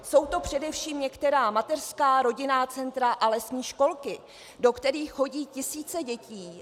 Jsou to především některá mateřská, rodinná centra a lesní školky, do kterých chodí tisíce dětí.